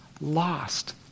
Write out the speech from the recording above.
lost